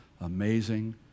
Amazing